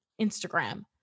Instagram